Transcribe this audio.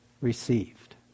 received